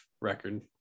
record